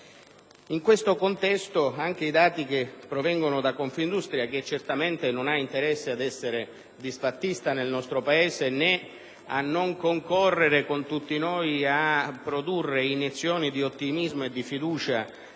In questo contesto, anche i dati che provengono da Confindustria, che certamente non ha interesse ad essere disfattista nel nostro Paese, né a non concorrere con tutti noi a produrre iniezioni di ottimismo e di fiducia